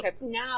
now